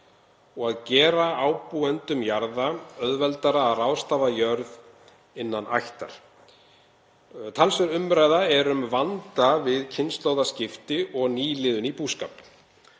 og að gera ábúendum jarða auðveldara að ráðstafa jörð innan ættar. Talsverð umræða er um vanda við kynslóðaskipti og nýliðun í búskap.